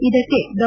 ಇದಕ್ಕೆ ಡಾ